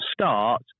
start